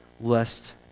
lest